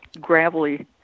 gravelly